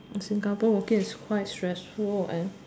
Singapore working is quite stressful and